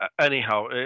anyhow